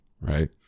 right